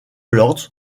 lords